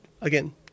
again